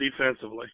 defensively